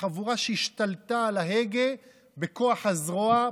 חבורה שהשתלטה על ההגה בכוח הזרוע,